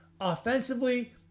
Offensively